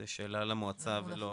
זו שאלה למועצה, לא אלינו.